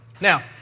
Now